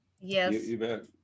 Yes